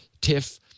tiff